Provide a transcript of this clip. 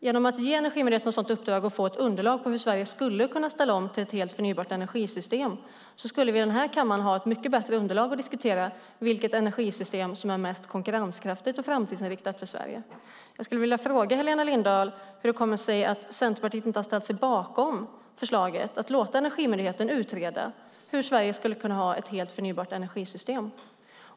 Genom att ge Energimyndigheten ett sådant uppdrag och få ett underlag på hur Sverige skulle kunna ställa om till ett helt förnybart energisystem, skulle vi i den här kammaren ha ett mycket bättre underlag att diskutera vilket energisystem som är mest konkurrenskraftigt och framtidsinriktat för Sverige. Hur kommer det sig, Helena Lindahl, att Centerpartiet inte har ställt sig bakom förslaget att låta Energimyndigheten utreda hur Sverige skulle kunna ha ett helt förnybart energisystem?